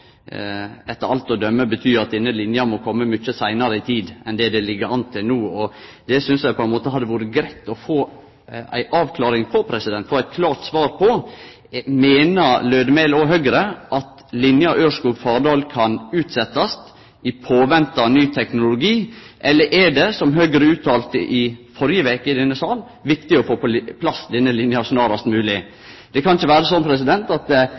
at denne linja må kome mykje seinare i tid, enn det som det ligg an til no. Det synest eg det hadde vore greitt å få ei avklaring på – få eit klart svar på. Meiner Lødemel og Høgre at linja Ørskog–Fardal kan utsetjast i påvente av ny teknologi, eller er det – som Høgre uttalte i førre veka i denne salen – viktig å få på plass denne linja snarast mogleg? Det kan ikkje vere slik at